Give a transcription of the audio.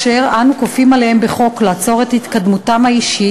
אשר אנו כופים עליהם בחוק לעצור את התקדמותם האישית,